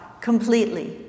completely